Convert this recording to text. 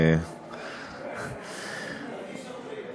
תביא שוטרים.